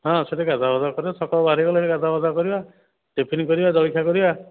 ହଁ ସେଇଠି ଗାଧୁଆ ପାଧୁଆ କରିବା ସକାଳୁ ବାହାରିଗଲେ ଗାଧୁଆ ପାଧୁଆ କରିବା ଟିଫିନ୍ କରିବା ଜଳଖିଆ କରିବା